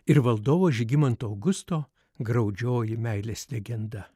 ir valdovo žygimanto augusto graudžioji meilės legenda